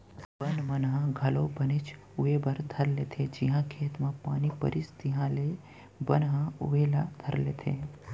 बन मन घलौ बनेच उवे बर धर लेथें जिहॉं खेत म पानी परिस तिहॉले बन ह उवे ला धर लेथे